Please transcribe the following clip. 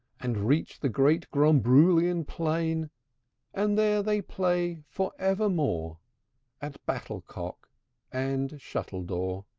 and reached the great gromboolian plain and there they play forevermore at battlecock and shuttledore.